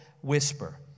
whisper